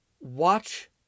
Watch